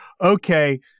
okay